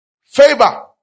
Favor